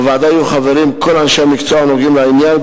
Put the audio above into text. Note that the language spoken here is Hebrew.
בוועדה יהיו חברים כל אנשי המקצוע הנוגעים בעניין,